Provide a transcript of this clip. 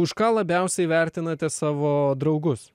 už ką labiausiai vertinate savo draugus